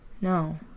No